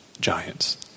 giants